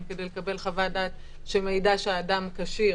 כדי לקבל חוות דעת שמעידה שהאדם כשיר,